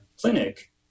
clinic